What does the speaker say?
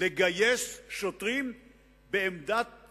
לגייס שוטרים בעמדת